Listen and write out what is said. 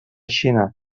xina